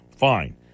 Fine